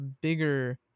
bigger